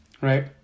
right